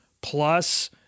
plus